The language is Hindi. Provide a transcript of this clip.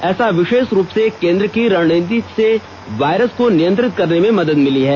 ऐसा विशेष रूप से केन्द्र की रणनीतियों से वायरस को नियंत्रित करने में मदद मिली है